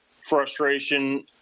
frustration